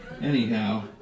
anyhow